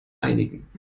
einigen